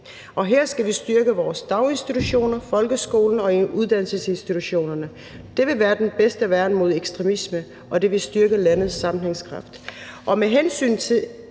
Og her skal vi styrke vores daginstitutioner, folkeskolen og uddannelsesinstitutionerne. Det vil være det bedste værn mod ekstremisme, og det vil styrke landets sammenhængskraft. Med hensyn til